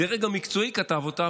הדרג המקצועי כתב אותה.